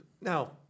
Now